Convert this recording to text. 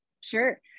Sure